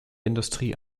industrie